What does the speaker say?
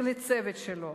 ולצוות שלו.